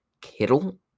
Kittle